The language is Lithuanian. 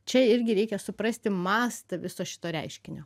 čia irgi reikia suprasti mąstą viso šito reiškinio